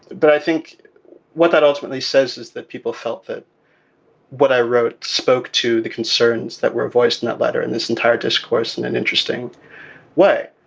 but i think what that ultimately says is that people felt that what i wrote spoke to the concerns that were voiced in that letter and this entire discourse in an interesting way.